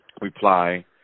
reply